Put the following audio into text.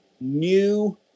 new